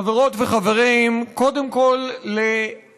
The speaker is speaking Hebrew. חברות וחברים, קודם כול לשותפיי